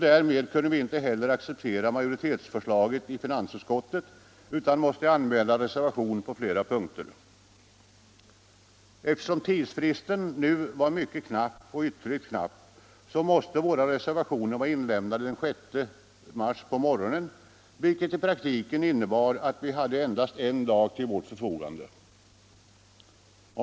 Därmed kunde vi inte heller acceptera majoritetsförslaget i finansutskottet utan måste anmäla reservation på flera punkter. Eftersom tidsfristen nu var ytterligt knapp, så måste våra reservationer vara inlämnade den 6 mars på morgonen, vilket i praktiken innebar att vi hade endast en dag till vårt förfogande.